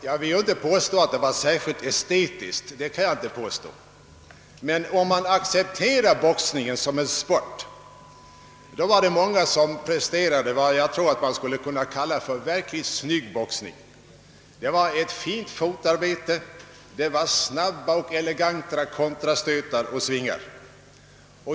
Jag vill inte påstå att det var särskilt estetiskt tilltalande, men om man accepterar boxningen som en sport, då var det många som presterade vad som väl skulle kunna kallas verkligt »snygg» boxning med ett fint fotarbete, snabba, eleganta kontrastötar och svingar.